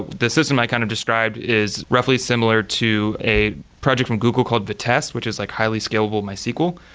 the system i kind of described is roughly similar to a project from google called the test, which is like highly scalable mysql.